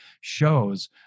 shows